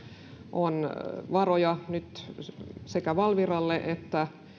on varoja nyt sekä valviralle että